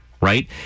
Right